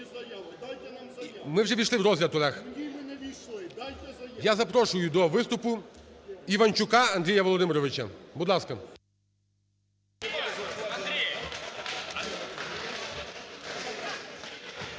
Ми вже ввійшли в розгляд, Олег. Я запрошую до виступу Іванчука Андрія Володимировича, будь ласка.